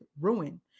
ruin